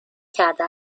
کرده